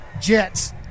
Jets